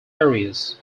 areas